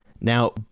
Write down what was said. Now